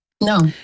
No